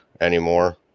anymore